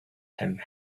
him